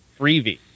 Freebie